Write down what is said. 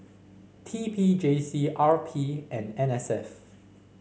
T P J C R P and N S F